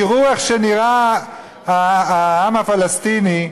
תראו איך נראה העם הפלסטיני,